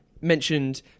mentioned